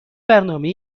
برنامه